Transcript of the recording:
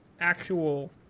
actual